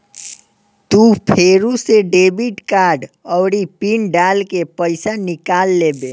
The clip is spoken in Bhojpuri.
तू फेरू से डेबिट कार्ड आउरी पिन डाल के पइसा निकाल लेबे